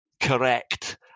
correct